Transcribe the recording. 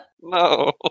No